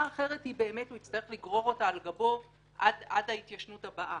האחרת הוא יצטרך לגרור על גבו עד ההתיישנות הבאה,